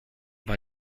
war